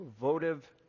votive